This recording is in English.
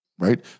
Right